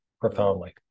profoundly